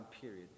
period